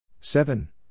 Seven